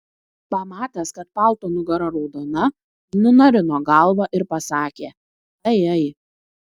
pamatęs kad palto nugara raudona nunarino galvą ir pasakė ai ai